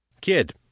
Kid